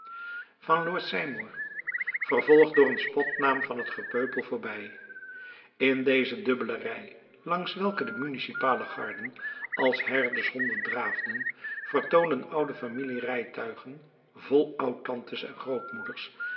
van lord seymour vervolgd door een spotnaam van het gepeupel voorbij in deze dubbele rij langs welke de municipale garden als herdershonden draafden vertoonden oude familierijtuigen vol oudtantes en grootmoeders